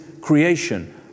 creation